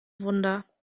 wunder